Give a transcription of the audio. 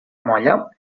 molla